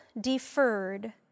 deferred